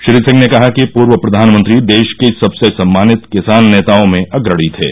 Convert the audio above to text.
श्री सिंह ने कहा कि पूर्व प्रधानमंत्री देश के सबसे सम्मानित किसान नेताओं में अग्रणी थे